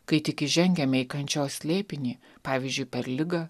kai tik įžengiame į kančios slėpinį pavyzdžiui per ligą